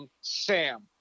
Sam